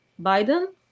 Biden